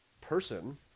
person